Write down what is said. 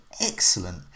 excellent